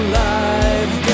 life